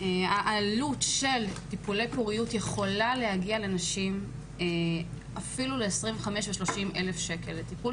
העלות של טיפולי פוריות יכולה להגיע אפילו ל 30-25 אלף שקל לטיפול,